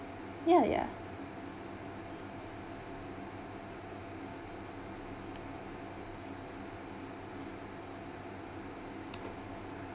ya ya